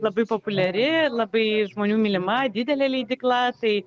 labai populiari labai žmonių mylima didelė leidykla tai